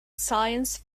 science